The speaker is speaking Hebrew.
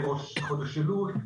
ראש חודש אלול.